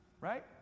right